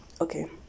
okay